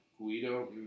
Guido